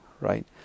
right